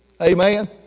Amen